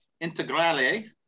Integrale